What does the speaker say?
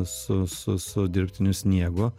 su su su dirbtiniu sniegu